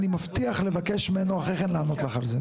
אני מבטיח לבקש ממנו אחרי כן לענות לך על זה.